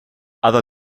other